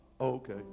Okay